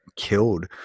killed